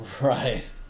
Right